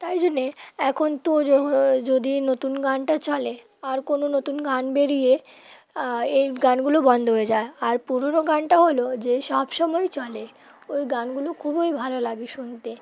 তাই জন্যে এখন তো যো যদি নতুন গানটা চলে আর কোনো নতুন গান বেরিয়ে এই গানগুলো বন্ধ হয়ে যায় আর পুরনো গানটা হলো যে সবসময় চলে ওই গানগুলো খুবই ভালো লাগে শুনতে